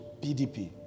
PDP